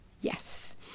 yes